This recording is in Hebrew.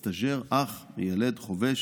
סטאז'ר, אח, מיילד, חובש,